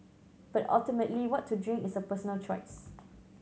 but ultimately what to drink is a personal choice